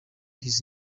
his